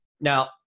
Now